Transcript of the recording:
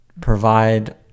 provide